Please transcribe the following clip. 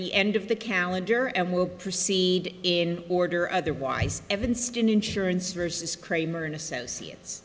the end of the calendar and we'll proceed in order otherwise evanston insurance versus kramer and associates